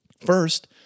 First